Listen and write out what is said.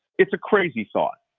it's a crazy thought,